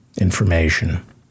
information